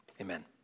Amen